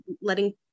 letting